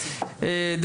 בבקשה,